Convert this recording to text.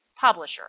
publisher